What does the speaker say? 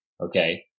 Okay